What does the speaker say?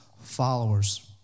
followers